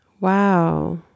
wow